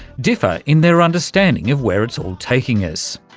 differ in their understanding of where it's all taking us.